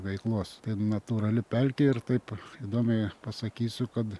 veiklos tai natūrali pelkė ir taip įdomiai pasakysiu kad